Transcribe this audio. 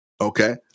Okay